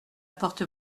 porte